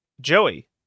Joey